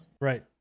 Right